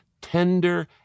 tender